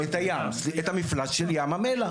את המפלס של ים המלח,